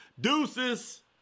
Deuces